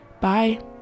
bye